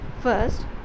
first